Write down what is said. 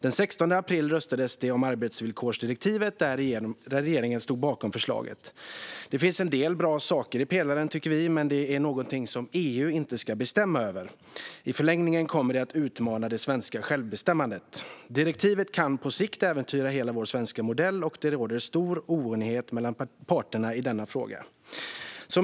Den 16 april röstades det om arbetsvillkorsdirektivet, där regeringen stod bakom förslaget. Det finns en del bra saker i pelaren, tycker vi, men detta är något som EU inte ska bestämma över. I förlängningen kommer det att utmana det svenska självbestämmandet. Direktivet kan på sikt äventyra hela vår svenska modell, och det råder stor oenighet mellan parterna i denna fråga.